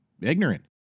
ignorant